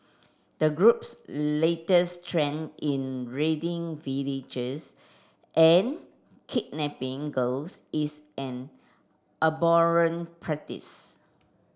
the group's latest trend in raiding villages and kidnapping girls is an abhorrent practice